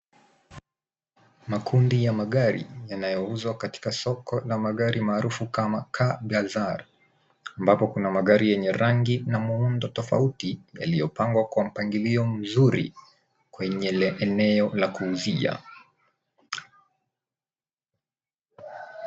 Makundi ya magari yanayouzwa katika soko la magari maarufu kama car bazaar ambapo kuna magari yenye rangi na muundo tofauti yaliyopangwa kwa mpangilio mzuri kwenye eneo la kuuzia.